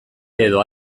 edo